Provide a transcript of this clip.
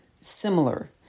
similar